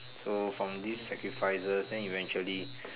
so from this sacrifices then eventually